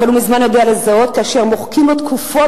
אבל הוא מזמן יודע לזהות שמוחקים לו תקופות